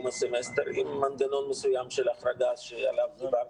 הסמסטר עם מנגנון מסוים של החרגה עליו דיברתי.